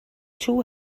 two